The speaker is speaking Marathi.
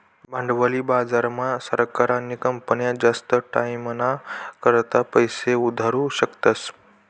भांडवली बाजार मा सरकार आणि कंपन्या जास्त टाईमना करता पैसा उभारु शकतस